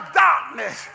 darkness